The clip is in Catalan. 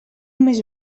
mes